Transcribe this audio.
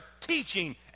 teaching